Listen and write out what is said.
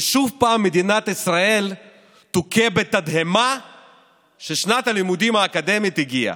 ושוב פעם מדינת ישראל תוכה בתדהמה ששנת הלימודים האקדמית הגיעה.